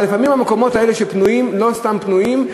אבל לפעמים המקומות האלה לא סתם פנויים,